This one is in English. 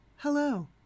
Hello